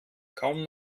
kaum